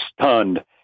stunned